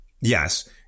Yes